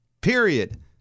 Period